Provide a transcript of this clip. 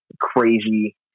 crazy